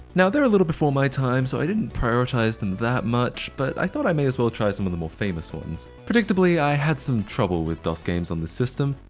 now they're a little before my time so i didn't prioritize them that much, but i thought i may as well try some of the more famous ones. predictably, i had some trouble with dos games on this system.